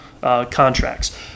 contracts